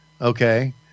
Okay